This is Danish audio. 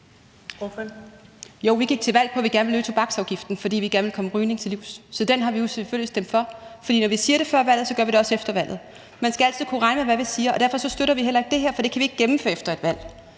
Jo, vi gik til valg på, at vi gerne ville øge tobaksafgiften, fordi vi gerne vil komme rygning til livs, så den har vi jo selvfølgelig stemt for. For når vi siger det før valget, gør vi det også efter valget. Man skal altid kunne regne med, hvad vi siger, og derfor støtter vi heller ikke det her, for det kan vi ikke gennemføre efter et valg.